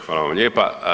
Hvala vam lijepa.